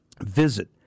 Visit